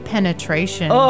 Penetration